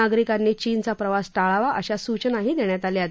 नागरिकांनी चीनचा प्रवास टाळावा अशा सूचनाही देण्यात आल्या आहेत